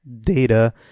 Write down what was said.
data